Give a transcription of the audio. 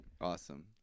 awesome